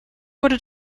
wurde